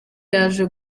yaje